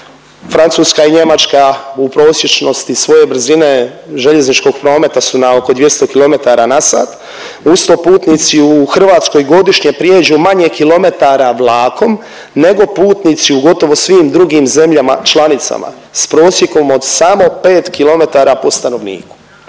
Francuska i Njemačka u prosječnosti svoje brzine željezničkog prometa su na oko 200 km na sat. Uz to putnici u Hrvatskoj godišnje prijeđu manje kilometara vlakom, nego putnici u gotovo svim drugim zemljama članicama sa prosjekom od samo pet kilometara po stanovniku.